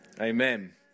Amen